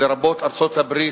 לרבות ארצות-הברית,